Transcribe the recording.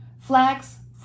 flags